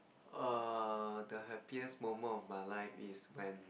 err the happiest moment of my life is when